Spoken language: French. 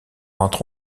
entre